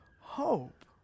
hope